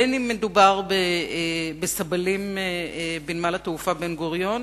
בין אם מדובר בסבלים בנמל התעופה בן-גוריון,